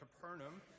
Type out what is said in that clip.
Capernaum